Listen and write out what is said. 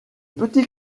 petit